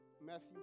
Matthew